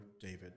David